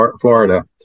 Florida